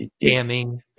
damning